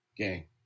okay